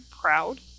proud